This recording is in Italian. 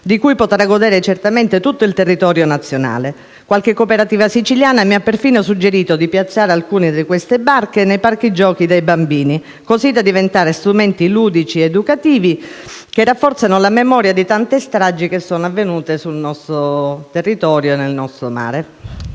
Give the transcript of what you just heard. di cui potrà godere certamente tutto il territorio nazionale. Qualche cooperativa siciliana mi ha perfino suggerito di piazzare alcune di queste barche nei parchi giochi dei bambini, così da diventare strumenti ludici ed educativi che rafforzino la memoria delle tante stragi avvenute nel nostro territorio e nel nostro mare.